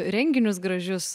renginius gražius